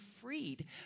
freed